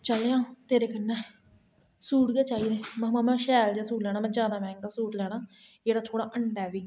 चलेआ तेरे कन्नै सूट गै चाहिदे में मम्मी में शैल सूट लैना ज्यादा मैंहगा सूट लैना जेहड़ा थोहड़ा हंडै बी